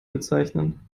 bezeichnen